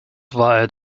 war